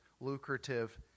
lucrative